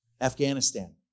Afghanistan